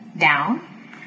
down